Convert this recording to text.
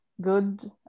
good